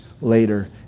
later